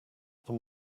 them